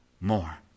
more